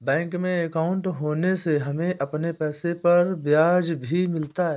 bank में अंकाउट होने से हमें अपने पैसे पर ब्याज भी मिलता है